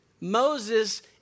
Moses